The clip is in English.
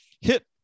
hit